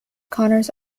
connors